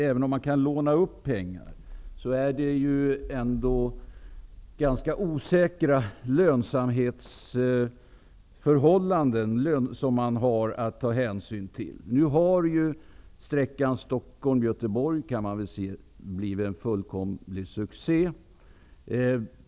Även om man kan låna pengar, har man ganska osäkra lönsamhetsförhållanden att ta hänsyn till. Nu har ju sträckan Stockholm-- Göteborg blivit en fullkomlig succé.